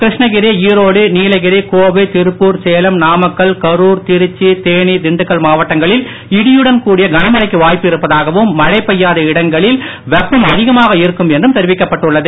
கிருஷ்ணகிரி ஈரோடு நீலகிரி கோவை திருப்பூர் சேலம் நாமக்கல் கரூர் திருச்சி தேனி திண்டுக்கல் மாவட்டங்களில் இடியுடன் கூடிய கனமழைக்கு வாய்ப்பு இருப்பதாகவும் மழை பெய்யாத இடங்களில் வெப்பம் அதிகமாக இருக்கும் என்றும் தெரிவிக்கப்பட்டுள்ளது